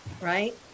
right